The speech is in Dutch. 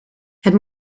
het